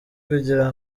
kugira